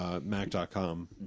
Mac.com